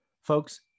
Folks